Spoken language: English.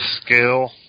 scale